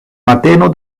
mateno